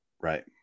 Right